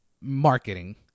marketing